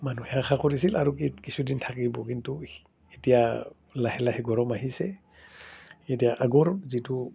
মানুহে আশা কৰিছিল আৰু কি কিছুদিন থাকিব কিন্তু এতিয়া লাহে লাহে গৰম আহিছে এতিয়া আগৰ যিটো